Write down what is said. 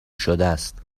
شدهست